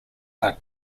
are